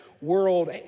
world